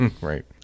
Right